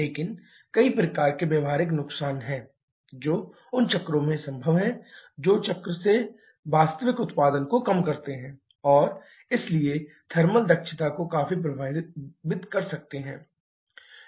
लेकिन कई प्रकार के व्यावहारिक नुकसान हैं जो उन चक्रों में संभव हैं जो चक्रों से वास्तविक उत्पादन को कम करते हैं और इसलिए थर्मल दक्षता को काफी प्रभावित कर सकते हैं